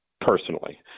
personally